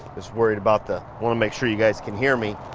just worried about the, wanna make sure you guys can hear me.